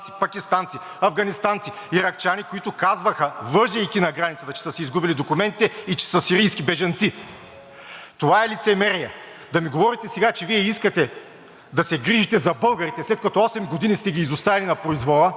Това е лицемерие! Да ми говорите сега, че Вие искате да се грижите за българите, след като осем години сте ги изоставили на произвола, след като ги мобилизират насила, и да развявате някаква подписка на украински чиновници от български произход, които, за да си запазят